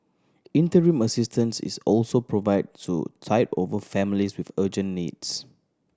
interim assistance is also provided to tide over families with urgent needs